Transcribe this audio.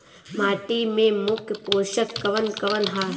माटी में मुख्य पोषक कवन कवन ह?